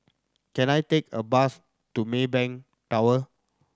can I take a bus to Maybank Tower